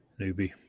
newbie